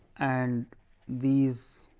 and these